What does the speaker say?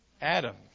Adam